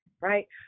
right